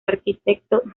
arquitecto